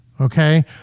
Okay